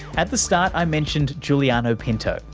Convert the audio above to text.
at the start i mentioned juliano pinto,